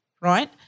right